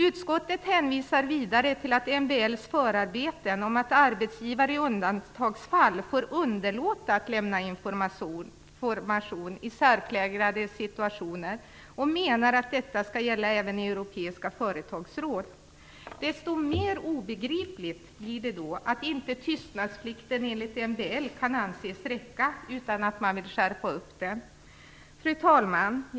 Utskottet hänvisar vidare till att MBL:s förarbeten om att arbetsgivare i undantagsfall får underlåta att lämna information i särpräglade situationer och menar att detta skall gälla även europeiska företagsråd. Desto mer obegripligt blir det då att inte tystnadsplikten enligt MBL kan anses räcka, utan att man vill skärpa den. Fru talman!